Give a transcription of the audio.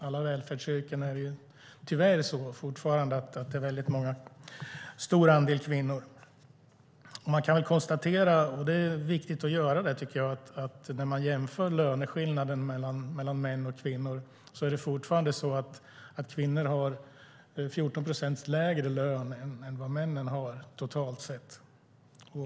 Det är tyvärr fortfarande så att det är en stor andel kvinnor som arbetar inom välfärdsyrkena. Jag tycker att det är viktigt att konstatera att när man jämför löneskillnaden mellan män och kvinnor har kvinnor fortfarande 14 procents lägre lön än vad männen har totalt sett.